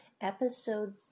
Episode